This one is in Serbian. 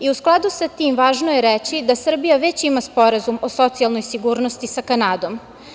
U skladu sa tim, važno je reći da Srbija već ima Sporazum o socijalnoj sigurnosti sa Kanadom.